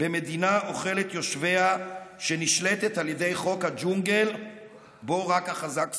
במדינה אוכלת יושביה שנשלטת על ידי חוק הג'ונגל שבו רק החזק שורד?